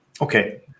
Okay